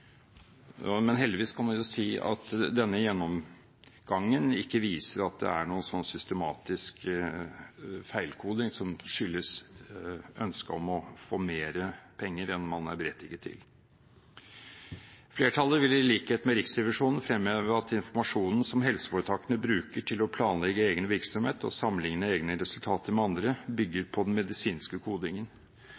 men heldigvis kan vi si at denne gjennomgangen ikke viser at det er noen systematisk feilkoding som skyldes et ønske om å få mer penger enn man er berettiget til. Flertallet vil i likhet med Riksrevisjonen fremheve at informasjonen som helseforetakene bruker til å planlegge egen virksomhet og sammenligne egne resultater med andres, bygger